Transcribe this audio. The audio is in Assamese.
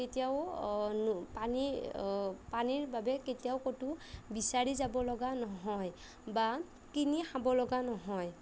কেতিয়াও পানী পানীৰ বাবে কেতিয়াও ক'তো বিচাৰি যাবলগা নহয় বা কিনি খাব লগা নহয়